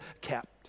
kept